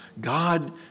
God